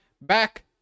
back